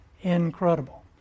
Incredible